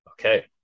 Okay